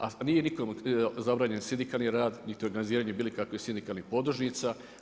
A nije nikom zabranjen sindikalni rad, niti organiziranje bilo kakvih sindikalnih podružnica.